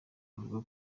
avuga